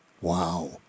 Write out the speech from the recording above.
Wow